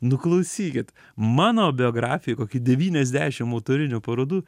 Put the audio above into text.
nu klausykit mano biografijoj kokie devyniasdešim autorinių parodų